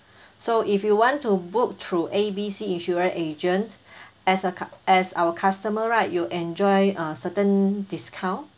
so if you want to book through A B C insurance agent as a cu~ as our customer right you will enjoy uh certain discount